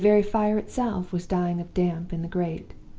the very fire itself was dying of damp in the grate.